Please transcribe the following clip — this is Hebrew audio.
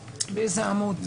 אבל ב-23 זה לא מגודר.